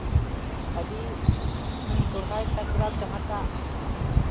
ᱟᱹᱰᱤ ᱥᱚᱨᱦᱟᱭ ᱥᱟᱠᱨᱟᱛ ᱡᱟᱦᱟᱸᱴᱟᱜ